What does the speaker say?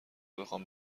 بخوام